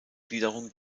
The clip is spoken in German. gliederung